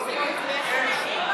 פולקמן?